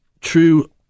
true